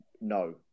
no